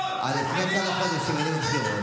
חברת הכנסת גוטליב,